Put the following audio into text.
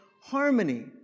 harmony